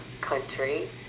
country